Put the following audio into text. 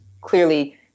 clearly